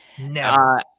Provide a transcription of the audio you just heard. No